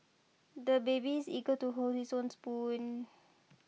the baby is eager to hold his own spoon